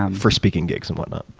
um for speaking gigs and whatnot.